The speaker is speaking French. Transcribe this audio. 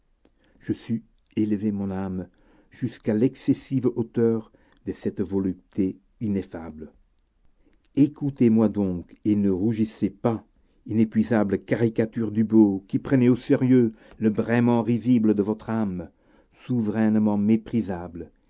je sus élever mon âme jusqu'à l'excessive hauteur de cette volupté ineffable écoutez-moi donc et ne rougissez pas inépuisables caricatures du beau qui prenez au sérieux le braiement risible de votre âme souverainement méprisable